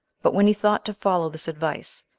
but when he thought to follow this advice,